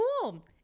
cool